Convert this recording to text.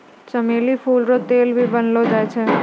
चमेली फूल रो तेल भी बनैलो जाय छै